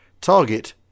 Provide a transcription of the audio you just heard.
Target